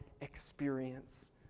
experience